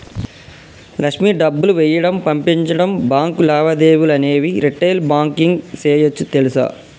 లక్ష్మి డబ్బులు వేయడం, పంపించడం, బాంకు లావాదేవీలు అనేవి రిటైల్ బాంకింగ్ సేయోచ్చు తెలుసా